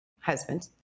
husband